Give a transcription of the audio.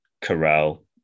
corral